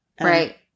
Right